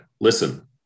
listen